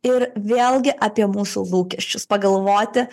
ir vėlgi apie mūsų lūkesčius pagalvoti